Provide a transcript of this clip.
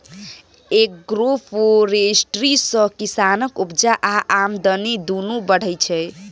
agroforestry सँ किसानक उपजा आ आमदनी दुनु बढ़य छै